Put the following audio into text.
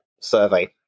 survey